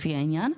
לפי העניין,